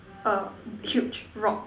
err huge rock